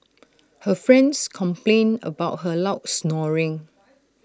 her friends complained about her loud snoring